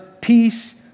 peace